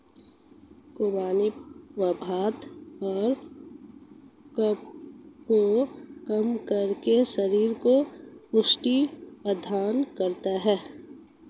खुबानी वात और कफ को कम करके शरीर को पुष्टि प्रदान करता है